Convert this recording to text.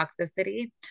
toxicity